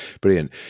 brilliant